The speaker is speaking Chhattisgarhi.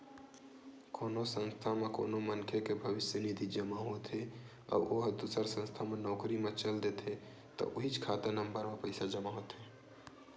कोनो संस्था म कोनो मनखे के भविस्य निधि जमा होत हे अउ ओ ह दूसर संस्था म नउकरी म चल देथे त उहींच खाता नंबर म पइसा जमा होथे